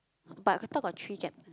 but I thought got three gap